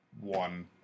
one